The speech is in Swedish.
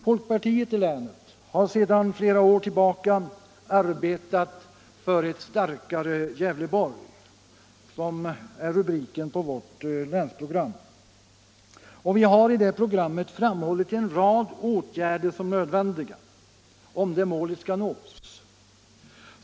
Folkpartiet i länet har sedan flera år arbetat för ”ett starkare Gävleborg”, vilket också är rubriken på vårt länsprogram. Vi har i det programmet framhållit en rad åtgärder som nödvändiga, om det målet skall nås.